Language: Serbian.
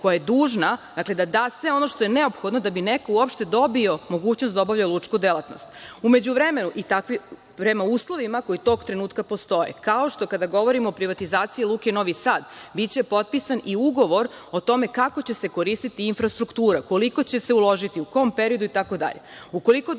koja je dužna da da sve ono što je neophodno da bi neko uopšte dobio mogućnost da obavlja lučku delatnost prema uslovima koji tog trenutka postoje. Kada govorimo o privatizaciji Luke Novi Sad, biće potpisan i ugovor o tome kako će se koristiti infrastruktura, koliko će se uložiti, u kom periodu itd.